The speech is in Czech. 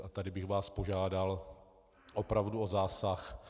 A tady bych vás požádal opravdu o zásah.